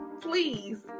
please